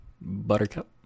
Buttercup